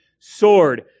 sword